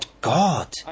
God